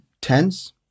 tense